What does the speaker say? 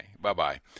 Bye-bye